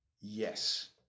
Yes